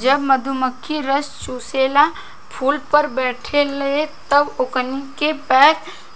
जब मधुमखी रस चुसेला फुल पर बैठे ले तब ओकनी के पैर